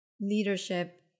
leadership